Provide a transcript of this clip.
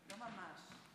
לא ממש.